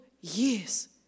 years